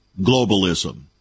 globalism